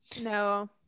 No